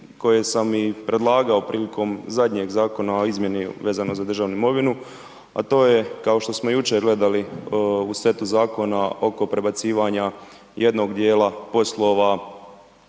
koje sam i predlagao prilikom zadnjeg zakona o izmjeni vezano za državnu imovinu, a to je, kao što smo jučer gledali u setu zakona oko prebacivanja jednog dijela poslova